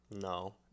No